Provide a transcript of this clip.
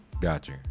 Gotcha